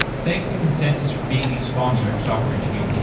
thanks to consensys for being a sponsor of software engineering